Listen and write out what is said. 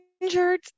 injured